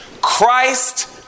Christ